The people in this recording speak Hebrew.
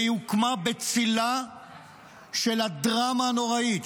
והיא הוקמה בצילה של הדרמה הנוראית,